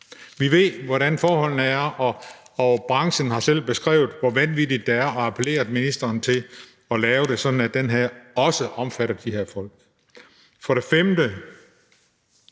Vi ved, hvordan forholdene er, og branchen har selv beskrevet, hvor vanvittigt det er, og har appelleret til ministeren om at lave det sådan, at det her lovforslag også omfatter de her folk.